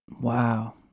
Wow